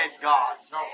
gods